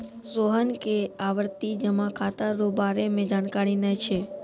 सोहन के आवर्ती जमा खाता रो बारे मे जानकारी नै छै